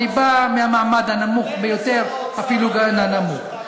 אני בא מהמעמד הנמוך ביותר אפילו, הנמוך.